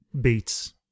beats